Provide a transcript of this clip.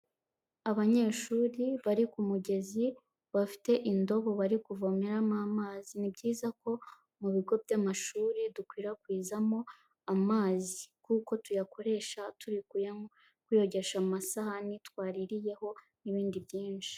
Abanyeshuri bari ku mugezi bafite indobo bari kuvomeramo amazi. Ni byiza ko mu bigo by'amashuri dukwirakwizamo amazi, kuko tuyakoresha turi kuyogesha amasahani twaririyeho n'ibindi byinshi.